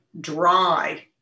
dry